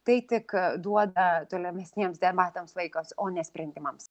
tai tik duoda tolimesniems debatams laikas o ne sprendimams